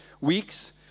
weeks